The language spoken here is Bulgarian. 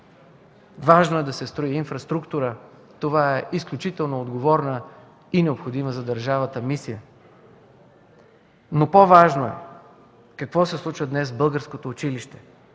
Важно е да се строи инфраструктура – това е изключително отговорна и необходима за държавата мисия, но по-важно е какво се случва днес в българското училище,